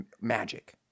magic